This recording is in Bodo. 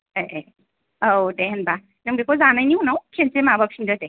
ए ए औ दे होनबा नों बेखौ जानायनि उनाव खेनसे माबाफिनदो दे